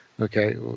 Okay